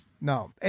no